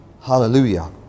Hallelujah